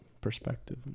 perspective